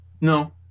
no